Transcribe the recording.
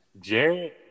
Jared